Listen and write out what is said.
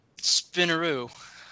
Spinneroo